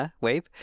wave